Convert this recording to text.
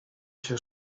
się